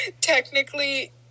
Technically